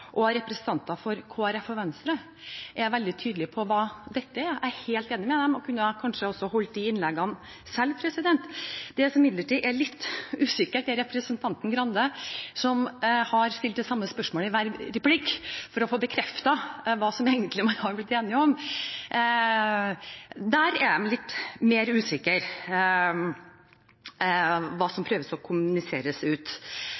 og representanter fra Kristelig Folkeparti og Venstre er veldig tydelige på hva dette er. Jeg er helt enig med dem og kunne kanskje holdt de innleggene selv. En som imidlertid er litt usikker, er representanten Grande, som har stilt det samme spørsmålet i hver replikk for å få bekreftet hva man egentlig har blitt enige om – de er litt mer usikre når det gjelder hva som prøves kommunisert ut.